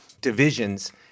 divisions